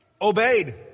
Obeyed